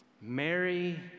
Mary